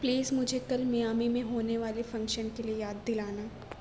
please مجھے کل Miami میں ہونے والے فنکشن کے لیے یاد دلانا